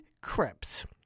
Crips